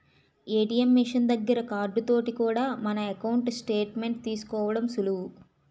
ATM machine దగ్గర card తోటి కూడా మన ఎకౌంటు స్టేట్ మెంట్ తీసుకోవడం సులువు